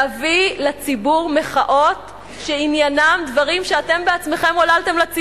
להביא לציבור מחאות שעניינן דברים שאתם בעצמכם עוללתם לו,